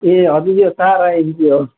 ए हजुर यो सारा एनजिओ हो